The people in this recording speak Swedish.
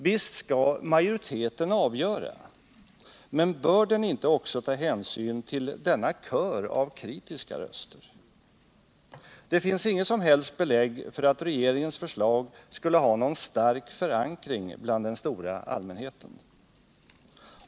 Visst skall majoriteten avgöra, men bör den inte också ta hänsyn till denna kör av kritiska röster? Det finns inget som helst belägg för att regeringens förslag skulle ha någon stark förankring bland den stora allmänheten.